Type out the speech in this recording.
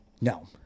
No